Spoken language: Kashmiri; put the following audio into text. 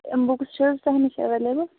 یِم بُکٕس چھِ حظ تۄہہِ نِش اویلبٕل